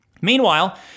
Meanwhile